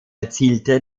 erzielte